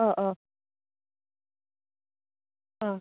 ആ ആ ആ